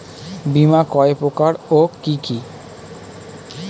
বীমা কয় প্রকার কি কি?